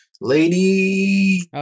Lady